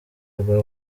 rwa